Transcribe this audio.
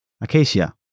Acacia